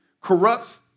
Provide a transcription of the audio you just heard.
corrupts